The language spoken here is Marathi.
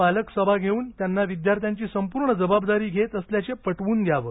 पालक सभा घेऊन त्यांना विद्यार्थ्यांची संपूर्ण जबाबदारी घेत असल्याचे पटवून द्यावं